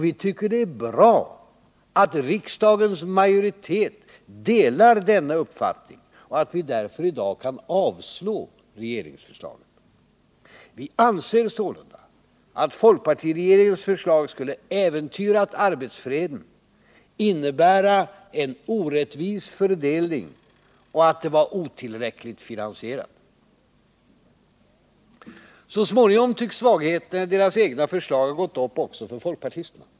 Vi tycker det är bra att riksdagens majoritet delar denna uppfattning och att vi därför i dag kan avslå regeringsförslaget. Vi anser sålunda att folkpartiregeringens förslag skulle ha äventyrat arbetsfreden, att det skulle ha inneburit en orättvis fördelning och att det var otillräckligt finansierat. Så småningom tycks svagheterna i de egna förslagen ha gått upp också för folkpartisterna.